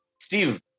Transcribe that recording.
Steve